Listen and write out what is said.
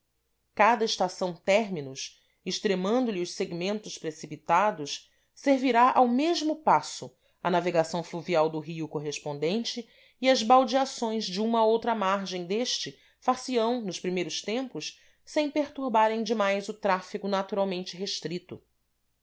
cada estação terminus extremando lhe os segmentos precipitados servirá ao mesmo passo à navegação fluvial do rio correspondente e as baldeações de uma a outra margem deste far se ão nos primeiros tempos sem perturbarem demais o tráfego naturalmente restrito